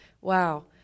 Wow